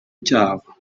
cyabo